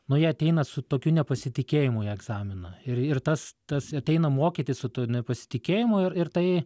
nu jie ateina su tokiu nepasitikėjimu į egzaminą ir ir tas tas ateina mokytis su nepasitikėjimu ir ir tai